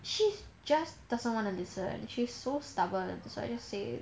she just doesn't wanna listen she's so stubborn so I just say